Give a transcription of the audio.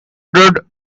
ordered